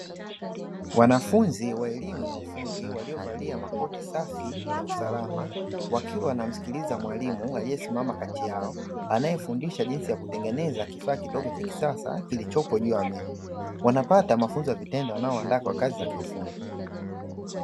Wanafunzi wa elimu ya ufundi waliovalia makoti safi ya usalama wakiwa wanamsikiliza mwalimu aliesimama kati yao, anayefundisha jinsi ya kutengeneza kifaa kidogo cha kisasa kilichopo juu ya meza, wanapata mafunzo ya vitendo yanayowaandaa kwa kazi za kiufundi.